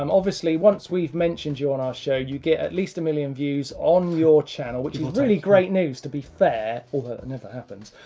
um obviously once we've mentioned you on our show, you get at least a million views on your channel, which is really great news to be fair, although it never happens.